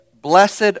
Blessed